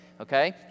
okay